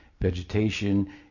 vegetation